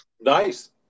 Nice